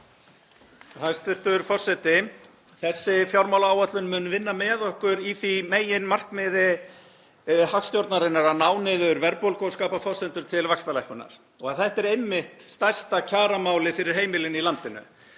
Þessi fjármálaáætlun mun vinna með okkur að því meginmarkmiði hagstjórnarinnar að ná niður verðbólgu og skapa forsendur til vaxtalækkunar. Þetta er einmitt stærsta kjaramálið fyrir heimilin í landinu.